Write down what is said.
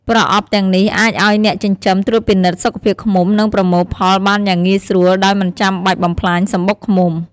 ប្រអប់ទាំងនេះអាចឲ្យអ្នកចិញ្ចឹមត្រួតពិនិត្យសុខភាពឃ្មុំ និងប្រមូលផលបានយ៉ាងងាយស្រួលដោយមិនចាំបាច់បំផ្លាញសំបុកឃ្មុំ។